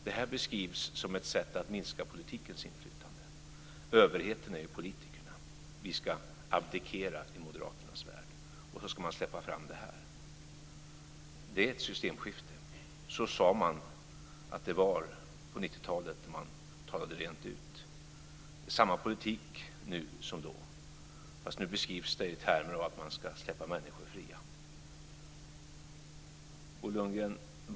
Detta beskrivs som ett sätt att minska politikens inflytande. Överheten är ju politikerna. Vi ska abdikera i moderaternas värld, och så ska man släppa fram detta. Det är ett systemskifte. Det sade man att det var på 90-talet, när man talade rent ut. Det är samma politik nu som då, fast nu beskrivs den i termer av att man ska släppa människor fria.